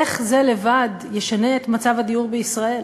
איך זה לבד ישנה את מצב הדיור בישראל?